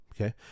Okay